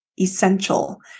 essential